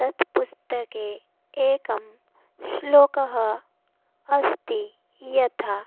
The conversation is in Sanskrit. तत् पुस्तके एकः श्लोकः अस्ति यथा